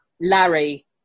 Larry